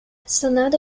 sanada